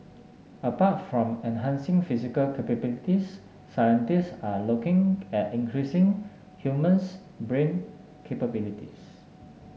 apart from enhancing physical capabilities scientists are looking at increasing human's brain capabilities